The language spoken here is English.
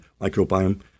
microbiome